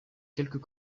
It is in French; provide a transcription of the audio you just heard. quelques